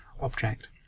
object